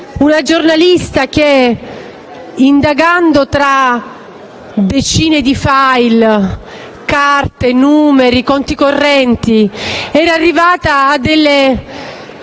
una giornalista che indagando tra decine di *file*, carte, numeri e conti correnti era arrivata a delle